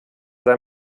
sei